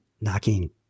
knocking